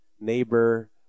neighbor